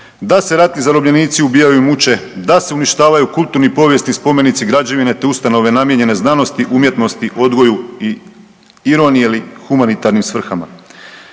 da se ratni zarobljenici ubijaju i muče, da se uništavaju kulturni i povijesni spomenici, građevine, te ustanove namijenjene znanosti, umjetnosti, odgoju i ironije li humanitarnim svrhama.